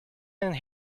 and